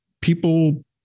People